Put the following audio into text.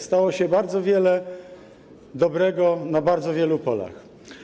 Stało się bardzo wiele dobrego na bardzo wielu polach.